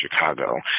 Chicago